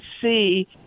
see